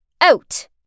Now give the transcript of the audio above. Out